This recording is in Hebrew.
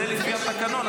זה לפי התקנון.